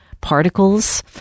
particles